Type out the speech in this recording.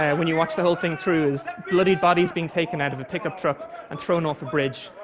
and when you watch the whole thing through, is bodies being taken out of a pickup truck and thrown off a bridge.